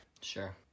sure